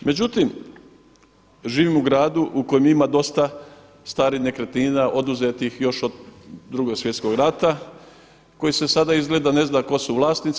Međutim, živim u gradu u kojem ima dosta starih nekretnina oduzetih još od Drugog svjetskog rata koji se sada izgleda ne zna tko su vlasnici.